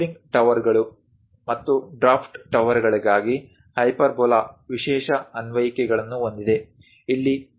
cooling ಟವರ್ಗಳು ಮತ್ತು draft ಟವರ್ಗಳಿಗಾಗಿ ಹೈಪರ್ಬೋಲಾ ವಿಶೇಷ ಅನ್ವಯಿಕೆಗಳನ್ನು ಹೊಂದಿದೆ